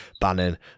Bannon